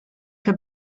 que